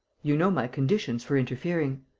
you know my conditions for interfering?